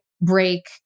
break